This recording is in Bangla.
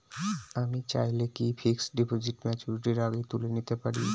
আমি চাইলে কি ফিক্সড ডিপোজিট ম্যাচুরিটির আগেই তুলে নিতে পারি?